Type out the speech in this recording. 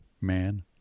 man